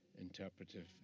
interpretive